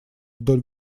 вдоль